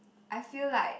I feel like